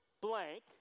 blank